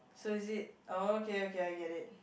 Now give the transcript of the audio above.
so is it okay okay I get it